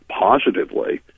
positively